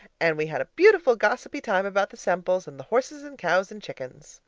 and we had a beautiful gossipy time about the semples, and the horses and cows and chickens.